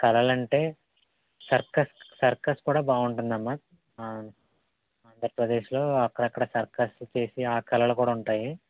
కళలు అంటే circus circus కూడా బాగుంటుందమ్మ ఆంధ్రప్రదేశ్లో అక్కడక్కడ సర్కస్ చేసే ఆ కళలు కూడా ఉంటాయి